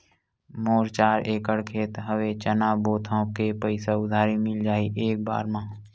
मोर चार एकड़ खेत हवे चना बोथव के पईसा उधारी मिल जाही एक बार मा?